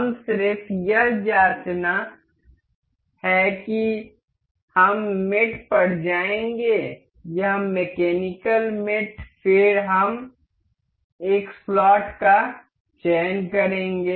हमें सिर्फ यह जांचना है कि हम मेट पर जाएँगे यह मैकेनिकल मेट फिर हम एक स्लॉट का चयन करेंगे